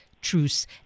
truce